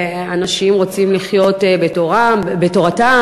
אנשים רוצים לחיות בתורתם,